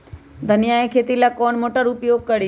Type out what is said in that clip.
धनिया के खेती ला कौन मोटर उपयोग करी?